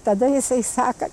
tada jisai saka